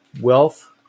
wealth